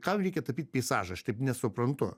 kam reikia tapyt peizažą aš taip nesuprantu